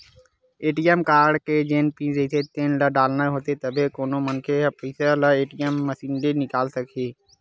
ATM card के जेन pin रहिथे तेन ल डालना होथे तभे कोनो मनखे ह पइसा ल ए.टी.एम मसीन ले निकाले सकही